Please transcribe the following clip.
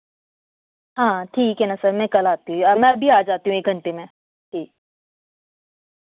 हाँ ठीक है ना सर मैं कल आती हूँ या मैं अभी आ जाती हूँ एक घंटे में ठीक